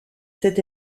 cet